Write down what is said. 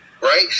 right